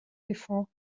before